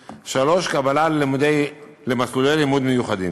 (3) קבלה למסלולי לימוד מיוחדים".